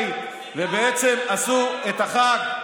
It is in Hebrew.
ובעצם עשו את החג לבד.